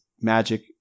magic